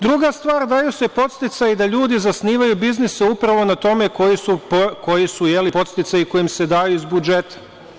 Druga stvar, daju se podsticaji da ljudi zasnivaju biznise upravo na tome koji su podsticaji koji im se daju iz budžeta.